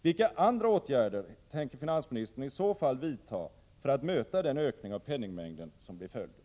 Vilka andra åtgärder tänker finansministern i så fall vidta för att möta den ökning av penningmängden som blir följden?